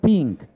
Pink